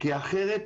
כי אחרת,